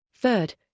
Third